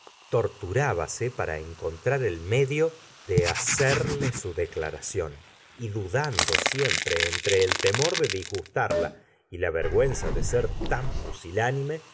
trato torturábase para encontrar el medio de hacerle su declaración y dudando siempre entre el temor de disgustarla y la vergüenza de ser tan pusilánime